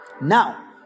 now